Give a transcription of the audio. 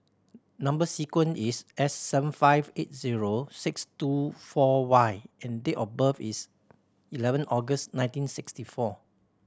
number sequence is S seven five eight zero six two four Y and date of birth is eleven August nineteen sixty four